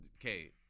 okay